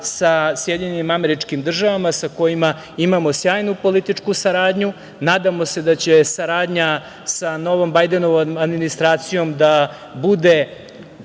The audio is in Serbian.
savezništva sa SAD, a sa kojima imamo sjajnu političku saradnju. Nadamo se da će saradnja sa novom Bajdenovom administracijom da bude